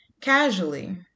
Casually